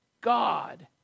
God